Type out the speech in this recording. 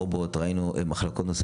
--- הרי גם במערכת החינוך,